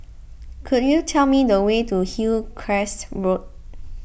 could you tell me the way to Hillcrest Road